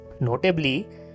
Notably